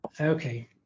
Okay